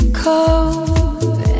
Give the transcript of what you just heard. cold